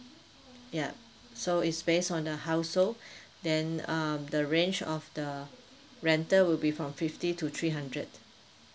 yup so is based on the household then um the range of the rental will be from fifty to three hundred